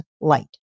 light